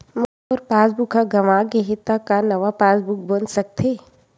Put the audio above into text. मोर passbook ह गंवा गे हे त का नवा पास बुक बन सकथे?